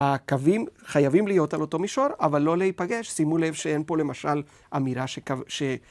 הקווים חייבים להיות על אותו מישור, אבל לא להיפגש. שימו לב שאין פה למשל אמירה שקו.